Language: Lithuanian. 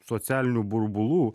socialinių burbulų